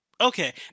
Okay